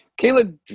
Kayla